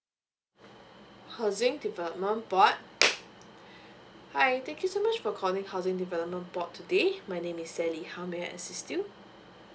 housing development board hi thank you for much for calling housing development board today my name is sally how may I assist you